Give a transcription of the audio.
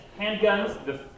handguns